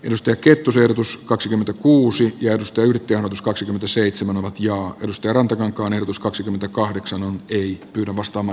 musta kettuselle plus kaksikymmentäkuusi ja musta ylitti kaksikymmentäseitsemän ja klusterantakankaan ehdotus kaksikymmentäkahdeksanun liittyy omastamme